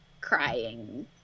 crying